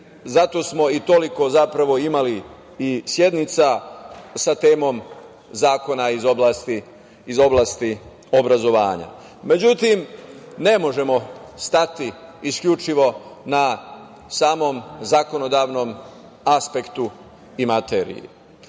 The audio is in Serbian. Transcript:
zato smo i toliko zapravo imali sednica sa temom zakona iz oblasti obrazovanja.Međutim, ne možemo stati isključivo na samom zakonodavnom aspektu i materiji.